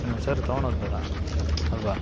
ಇನ್ನೊಂದ್ಸರಿ ತೊಗೊಳ್ಳೋದು ಬೇಡ ಅಲ್ವಾ